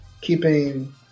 keeping